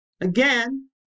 again